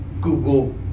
Google